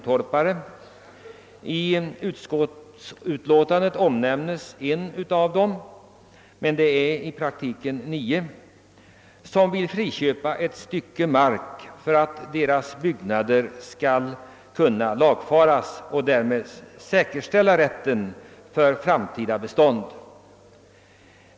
torpare — i utskottsutlåtandet nämns en av dem, men det rör sig alltså i praktiken om nio — som vill friköpa ett stycke mark för att deras byggnader skall kunna lagfaras och framtida bestånd därmed säkerställas.